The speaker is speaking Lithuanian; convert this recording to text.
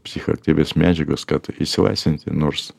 psichoaktyvias medžiagas kad išsilaisvinti nors